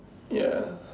ya